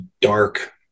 dark